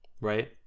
Right